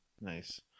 Nice